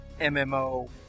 MMO